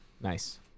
Nice